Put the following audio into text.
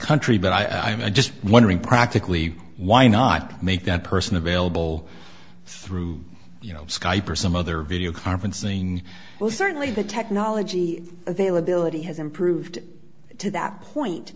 country but i just wondering practically why not make that person available through you know skype or some other video conferencing well certainly the technology availability has improved to that point